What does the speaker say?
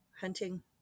hunting